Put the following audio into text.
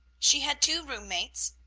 she had two room-mates,